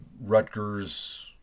Rutgers